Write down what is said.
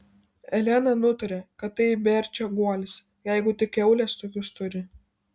elena nutarė kad tai berčio guolis jeigu tik kiaulės tokius turi